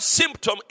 symptom